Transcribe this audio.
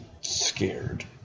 scared